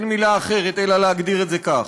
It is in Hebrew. אין מילה אחרת אלא להגדיר את זה כך.